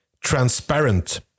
transparent